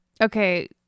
Okay